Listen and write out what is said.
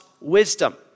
wisdom